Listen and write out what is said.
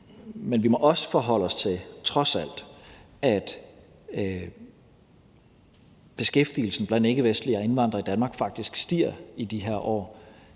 Men vi må også forholde os til, trods alt, at beskæftigelsen blandt ikkevestlige indvandrere i Danmark faktisk stiger i de her år,